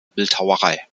bildhauerei